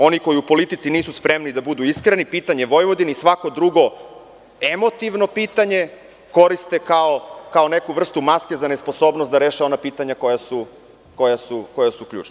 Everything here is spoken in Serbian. Oni koji u politici nisu spremni da budu iskreni, pitanje Vojvodini i svako drugo emotivno pitanje koriste kao neku vrstu maske za nesposobnost da reše ona pitanja koja su ključna.